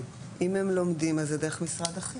אם הם לומדים אז זה דרך משרד החינוך.